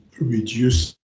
reduce